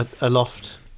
aloft